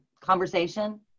conversation